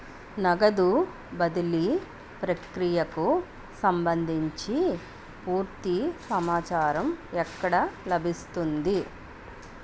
నగదు బదిలీ ప్రక్రియకు సంభందించి పూర్తి సమాచారం ఎక్కడ లభిస్తుంది?